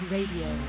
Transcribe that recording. Radio